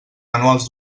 manuals